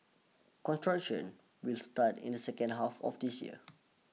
construction will start in the second half of this year